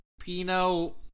Pino